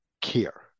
care